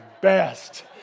best